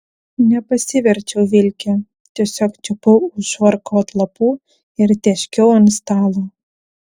nepasiverčiau vilke tiesiog čiupau už švarko atlapų ir tėškiau ant stalo